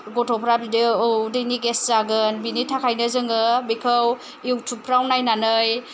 गथ'फ्रा बिदिनो औ उदैनि गेस जागोन बिनिथाखायनो जोङो बेखौ युटुबफ्राव नायनानै